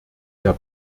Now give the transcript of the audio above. der